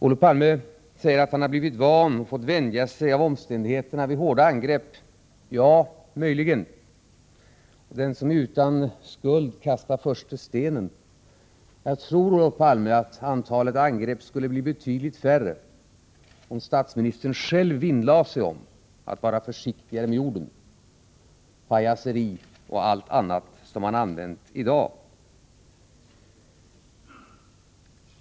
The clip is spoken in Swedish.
Olof Palme säger att han har fått vänja sig vid hårda angrepp. Ja, det är möjligt. Den som är utan skuld kastar den första stenen. Jag tror, Olof Palme, att antalet angrepp skulle bli betydligt färre, om statsministern själv vinnlade sig om att vara försiktigare med orden — med tanke på ”pajaseri” och allt annat som sagts i dag.